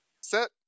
set